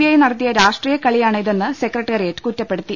I നടത്തിയ രാഷ്ട്രീയക്കളി യാണ് ഇതെന്ന് സെക്രട്ടേറിയറ്റ് കുറ്റപ്പെടുത്തി